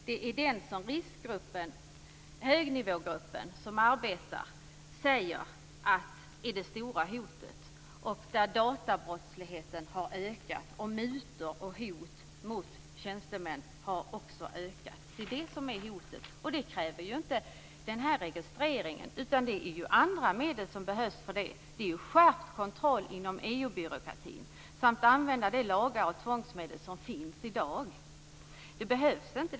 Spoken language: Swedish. Det är detta som enligt den riskgrupp, högnivågrupp, som arbetar är det stora hotet. Databrottsligheten har ökat, och även mutor och hot mot tjänstemän har ökat. Det är detta som är problemet. För detta krävs inte denna registrering, utan det är andra medel som behövs för det, nämligen skärpt kontroll inom EU-byråkratin. Man behöver även använda de lagar och tvångsmedel som i dag finns. Denna enorma registrering behövs inte.